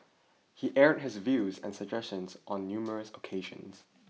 he aired his views and suggestions on numerous occasions